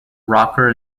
rocker